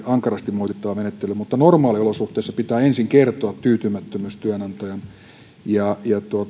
ankarasti moitittava menettely mutta normaaliolosuhteissa työnantajan pitää ensin kertoa tyytymättömyys ja